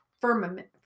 firmament